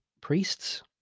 priests